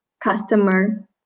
customer